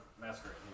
masquerade